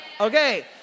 Okay